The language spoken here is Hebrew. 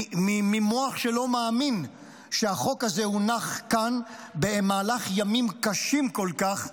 ממוח שלא מאמין שהחוק הזה הונח כאן במהלך ימים קשים כל כך,